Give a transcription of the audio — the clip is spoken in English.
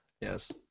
Yes